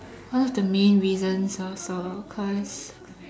one of the main reasons also cause